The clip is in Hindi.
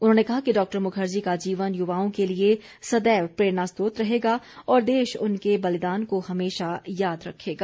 उन्होंने कहा कि डॉ मुखर्जी का जीवन युवाओं के लिए सदैव प्रेरणास्रोत रहेगा और देश उनके बलिदान को हमेशा याद रखेगा